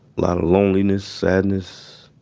lot of loneliness, sadness.